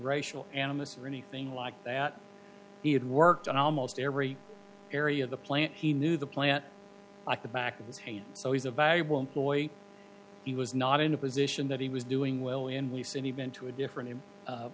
racial animus or anything like that he had worked on almost every area of the plant he knew the plant like the back of his hand so he's a valuable employee he was not in a position that he was doing well in we said even to a different